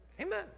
Amen